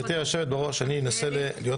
גברתי היושבת בראש, אני אנסה להיות קצר.